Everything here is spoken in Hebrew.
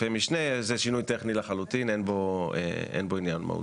משנה; זהו שינוי טכני לחלוטין ואין בו עניין מהותי.